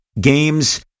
games